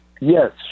Yes